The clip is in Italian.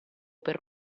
per